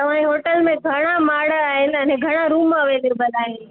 तव्हांजे होटल में घणा माड़ा आहिनि अने घणा रूम अवैलेबल आहिनि